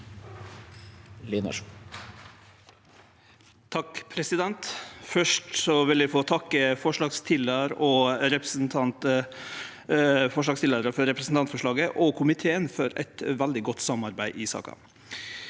for saka): Først vil eg få takke forslagsstillarane for representantforslaget, og komiteen for eit veldig godt samarbeid i saka.